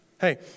Hey